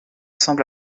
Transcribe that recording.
semble